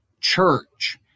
church